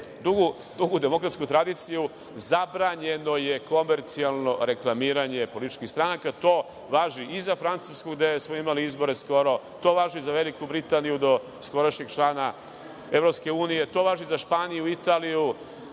dugu demokratsku tradiciju zabranjeno je komercijalno reklamiranje političkih stranaka. To važi i za Francusku, gde smo imali izbore skoro. To važi i za Veliku Britaniju, doskorašnjeg člana EU.To važi za Španiju, Italiju,